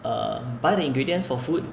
uh by the ingredients for food